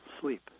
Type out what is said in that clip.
sleep